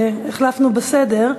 החלפנו בסדר,